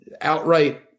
outright